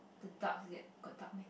the duck is it got duck meh